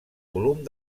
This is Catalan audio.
volum